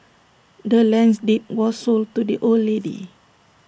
the land's deed was sold to the old lady